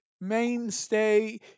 mainstay